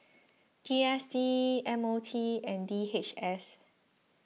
G S T M O T and D H S